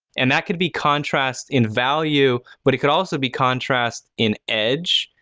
and that could be contrast in value but it could also be contrast in edge,